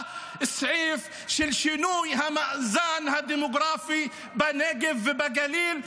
סעיף של שינוי המאזן הדמוגרפי בנגב ובגליל,